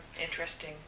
interesting